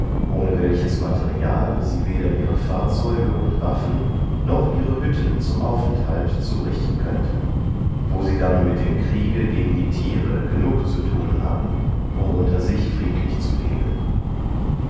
ohne welches material sie weder ihre fahrzeuge und waffen noch ihre hütten zum aufenthalt zurichten könnten wo sie dann mit dem kriege gegen die thiere gnug zu thun haben um unter sich friedlich zu leben